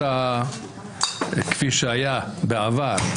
כפי שהיה בעבר,